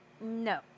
No